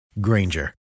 Granger